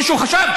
מישהו חשב?